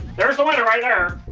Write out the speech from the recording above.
there's the winner right there.